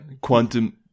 Quantum